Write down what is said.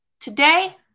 Today